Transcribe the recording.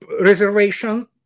reservation